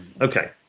Okay